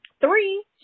Three